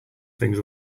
things